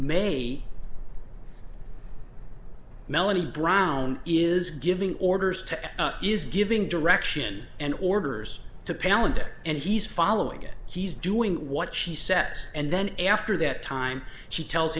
may melanie brown is giving orders to is giving direction and orders to paladin and he's following it he's doing what she sets and then after that time she tells